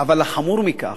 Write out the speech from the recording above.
אבל החמור מכך,